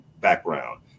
background